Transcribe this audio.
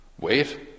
Wait